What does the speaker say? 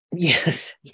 Yes